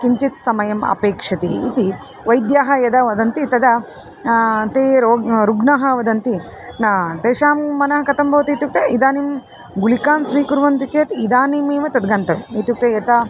किञ्चित् समयम् अपेक्षते इति वैद्याः यदा वदन्ति तदा ते रोगिणः रुग्णाः वदन्ति न तेषां मनः कथं भवति इत्युक्ते इदानीं गुलिकां स्वीकुर्वन्ति चेत् इदानीमेव तद्गतम् इत्युक्ते यथा